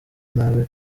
ntabe